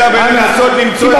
אלא בלנסות למצוא פתרונות,